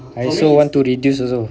I also want to reduce also